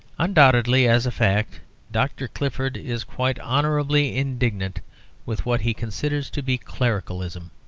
undoubtedly, as a fact, dr. clifford is quite honourably indignant with what he considers to be clericalism,